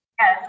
yes